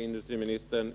Herr talman!